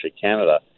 Canada